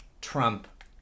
Trump